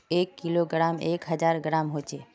एक किलोग्रमोत एक हजार ग्राम होचे